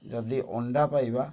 ଯଦି ଅଣ୍ଡା ପାଇବା